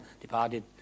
departed